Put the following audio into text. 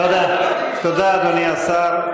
תודה, אדוני השר.